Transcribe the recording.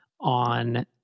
on